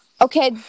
Okay